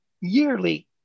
yearly